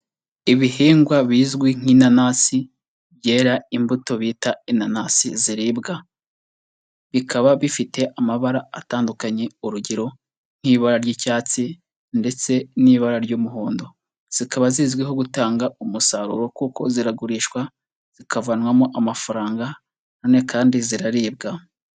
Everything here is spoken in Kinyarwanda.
Ibihingwa bizwi nk'inanasi byera imbuto bita inanasi ziribwa, bikaba bifite amabara atandukanye, urugero nk'ibara ry'icyatsi ndetse n'ibara ry'umuhondo, zikaba zizwiho gutanga umusaruro kuko ziragurishwa zikavanwamo amafaranga, na none kandi ziraribwa.